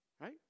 Right